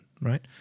right